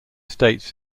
states